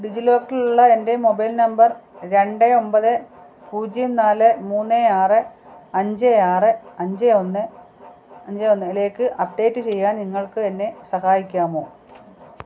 ഡിജി ലോക്കറിലുള്ള എൻ്റെ mobile number രണ്ട് ഒമ്പത് പൂജ്യം നാല് മൂന്ന് ആറ് അഞ്ച് ആറ് അഞ്ച് ഒന്ന് അ ഒന്നിലേക്ക് അപ്ഡേറ്റ് ചെയ്യാൻ നിങ്ങൾക്ക് എന്നെ സഹായിക്കാമോ